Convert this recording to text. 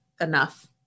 enough